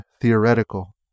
theoretical